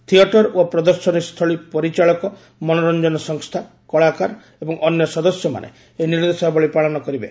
theatre ଓ ପ୍ରଦର୍ଶନୀ ସ୍ଥଳୀ ପରିଚାଳକ ମନୋରଞ୍ଜନ ସଂସ୍ଥା କଳାକାର ଏବଂ ଅନ୍ୟ ସଦସ୍ୟମାନେ ଏହି ନିର୍ଦ୍ଦେଶାବଳୀ ପାଳନ କରିବେ